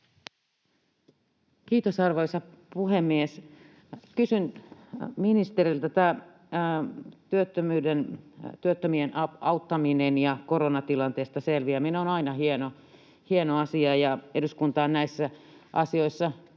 Kiitos, arvoisa puhemies! Kysyn ministeriltä. Tämä työttömien auttaminen ja koronatilanteesta selviäminen on aina hieno asia, ja eduskunta on näissä asioissa toiminut